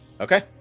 Okay